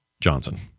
Johnson